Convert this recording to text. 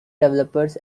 developers